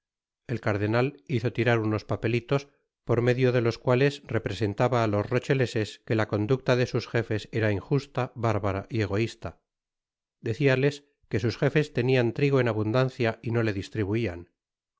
el cardenal hizo tirar unos papelitos por medio de los cuales representaba á los rocheleses que la conducta de sus jefes era injusta bárbara y egoista deciales que sus jefes tenian trigo en abundancia y no le distribuian